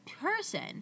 person